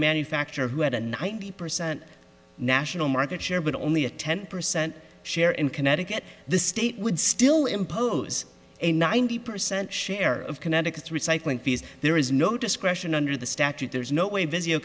manufacturer who had a ninety percent national market share but only a ten percent share in connecticut the state would still impose a ninety percent share of kinetics recycling fees there is no discretion under the statute there's no way